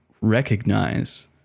recognize